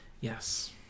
Yes